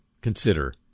consider